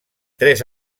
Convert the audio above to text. tres